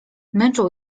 męczą